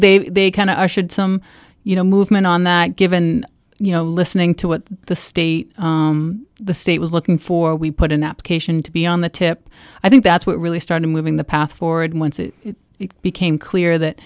they they kind of i should some you know movement on that given you know listening to what the state the state was looking for we put an application to be on the tip i think that's what really started moving the path forward once it became clear